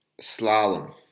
slalom